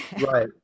right